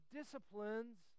disciplines